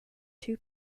two